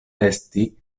esti